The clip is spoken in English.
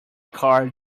car